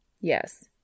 Yes